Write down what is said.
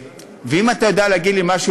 ואם אתה יודע להגיד לי משהו,